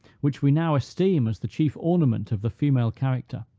which we now esteem as the chief ornament of the female character,